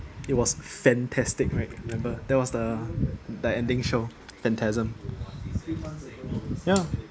it was fantastic right remember that was the the ending show phantasm ya